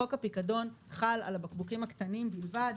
חוק הפיקדון חל על הבקבוקים הקטנים בלבד.